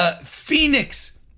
Phoenix